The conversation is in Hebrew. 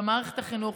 במערכת החינוך,